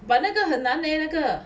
but 那个很难 leh 那个